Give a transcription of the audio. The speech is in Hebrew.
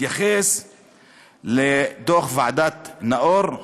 התייחס לדוח ועדת נאור,